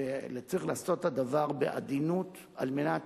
וצריך לעשות את הדבר בעדינות על מנת